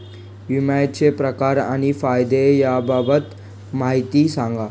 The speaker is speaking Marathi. विम्याचे प्रकार आणि फायदे याबाबत माहिती सांगा